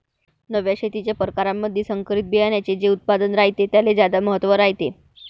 नव्या शेतीच्या परकारामंधी संकरित बियान्याचे जे उत्पादन रायते त्याले ज्यादा महत्त्व रायते